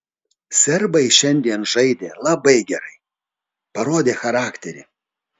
serbai šiandien žaidė labai gerai parodė charakterį